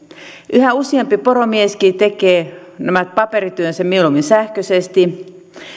yhä useampi poromieskin tekee nämä paperityönsä mieluummin sähköisesti